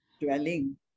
dwelling